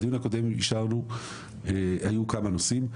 בדיון הקודם היו כמה נושאים,